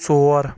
ژور